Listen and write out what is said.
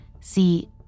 See